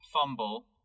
fumble